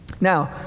Now